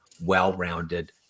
well-rounded